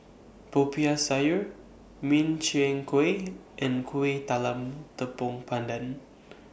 Popiah Sayur Min Chiang Kueh and Kueh Talam Tepong Pandan